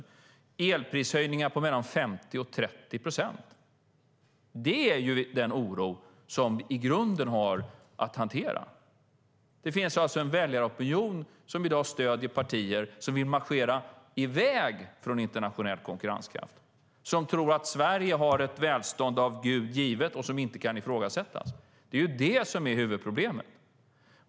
Det blir elprishöjningar med mellan 15 och 30 procent. Det är den oro som vi i grunden har att hantera. Det finns alltså i dag en väljaropinion som stöder partier som vill marschera i väg från internationell konkurrenskraft och som tror att Sverige har ett välstånd som är av Gud givet och som inte kan ifrågasättas. Det är ju detta som är huvudproblemet.